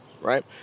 right